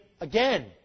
again